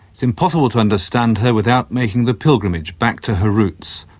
it's impossible to understand her without making the pilgrimage back to her roots,